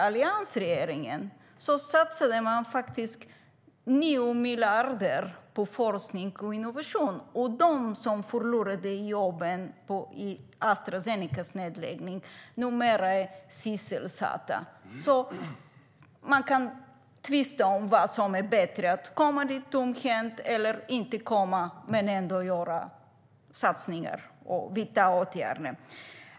Alliansregeringen satsade faktiskt 9 miljarder på forskning och innovation, och de som förlorade jobben i Astra Zenecas nedläggning är numera sysselsatta. Man kan tvista om vad som är bättre, att komma tomhänt eller att inte komma men ändå göra satsningar och vidta åtgärder.